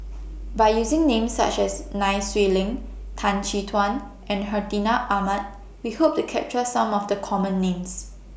By using Names such as Nai Swee Leng Tan Chin Tuan and Hartinah Ahmad We Hope to capture Some of The Common Names